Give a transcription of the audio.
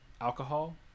alcohol